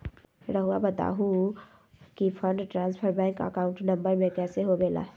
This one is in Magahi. रहुआ बताहो कि fund transfer bank account number में कैसे होबेला?